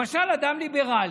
למשל אדם ליברלי,